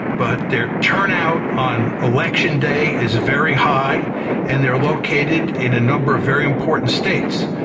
but their turnout on election day is very high and they're located in a number of very important states.